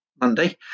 Monday